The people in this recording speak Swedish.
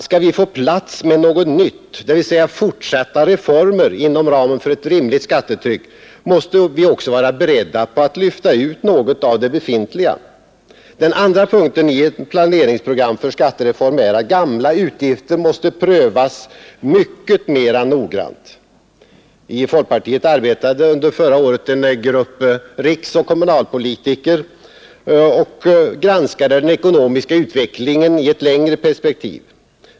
Skall vi få plats med något nytt — dvs. fortsatta reformer inom ramen för ett rimligt skattetryck — måste vi också vara beredda att lyfta ut något av det befintliga. Den andra punkten i ett planeringsprogram för skattereform är att gamla utgifter måste prövas mycket mera noggrant. I folkpartiet arbetade under förra året en grupp riksoch kommunalpolitiker, som granskade den ekonomiska utvecklingen i ett längre perspektiv.